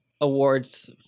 awards